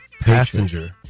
passenger